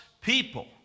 people